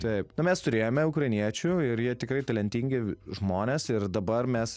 taip na mes turėjome ukrainiečių ir jie tikrai talentingi žmonės ir dabar mes